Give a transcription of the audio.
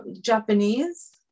Japanese